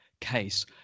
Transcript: case